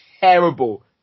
terrible